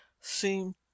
seem